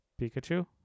Pikachu